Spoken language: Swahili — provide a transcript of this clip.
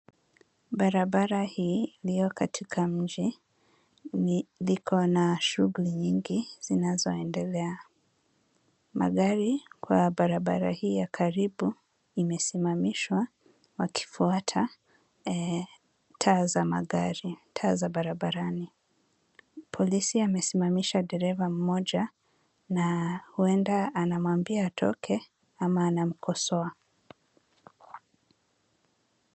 Barabara hii iliyo katika mji, likona shughuli nyingi zinazoendelea. Magari ya barabara hii ya karibu imesimamishwa wakifuata taa za magari, taa za barabarani. Polisi amesimamisha dereva mmoja na huenda anamwambia atoke ama anamkosoa.